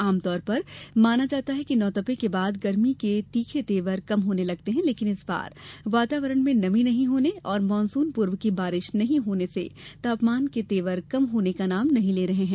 आमतौर पर माना जाता है कि नवतपे के बाद गर्मी के तीखे तेवर कम होने लगते है लेकिन इस बार वातावरण में नमी नहीं होने और मानसून पूर्व की बारिश नहीं होने से तापमान के तेवर कम होने का नाम नहीं ले रहे है